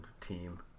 team